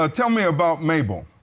ah tell me about mabel.